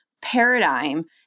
paradigm